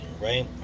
right